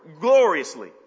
gloriously